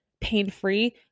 pain-free